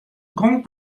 gong